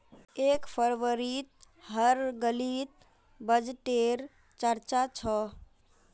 एक फरवरीत हर गलीत बजटे र चर्चा छ